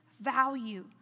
value